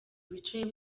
bicaye